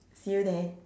see you there